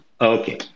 Okay